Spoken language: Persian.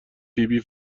فیبی